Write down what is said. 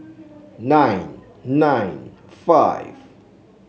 nine nine five